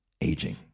aging